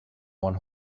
one